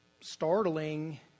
startling